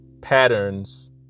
patterns